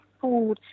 food